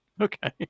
okay